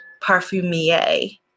parfumier